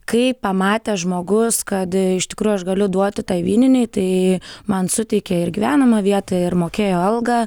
kai pamatė žmogus kad iš tikrųjų aš galiu duoti tai vyninėj tai man suteikė ir gyvenamą vietą ir mokėjo algą